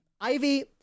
Ivy